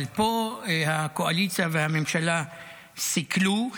אבל פה הקואליציה והממשלה סיכלו,